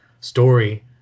story